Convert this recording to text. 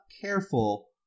careful